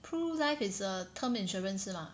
Pru Life is a term insurance 是吗